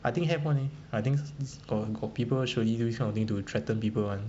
I think have one eh I think thi~ this go~ got people surely do this kind of thing to threaten people [one]